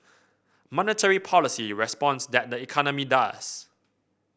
monetary policy responds tat the economy does